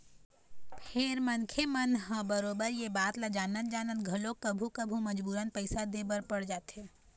फेर मनखे मन ह बरोबर ये बात ल जानत जानत घलोक कभू कभू मजबूरन पइसा दे बर पड़ जाथे